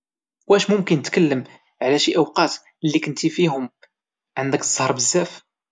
واش ممكن تكلم على شي اوقات اللي كنتي فيهم عندك الزهر بزاف؟